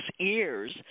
ears